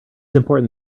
important